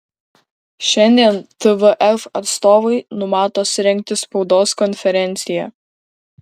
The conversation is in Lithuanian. šiandien tvf atstovai numato surengti spaudos konferenciją